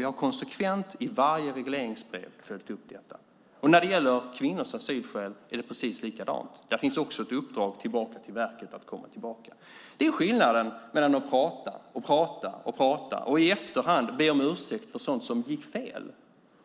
Vi har konsekvent i varje regleringsbrev följt upp detta. När det gäller kvinnors asylskäl är det precis likadant. Där finns också ett uppdrag till verket att komma tillbaka. Det är skillnaden mellan att prata och prata och prata och i efterhand be om ursäkt för sådant som gick fel